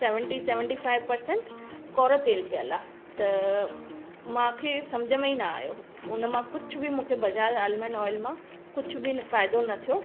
seventy seventy five percent कौरो तेल पियल आहे त मूंखे सम्झि में ई न आयो उन मां कुझु बि मूंखे बजाज आलमंड ऑइल मां कुझु बि फ़ाइदो न थियो